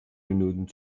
minuten